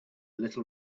little